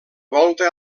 volta